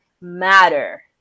matter